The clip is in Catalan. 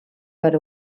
per